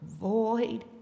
void